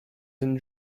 and